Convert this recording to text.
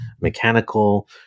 mechanical